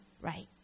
right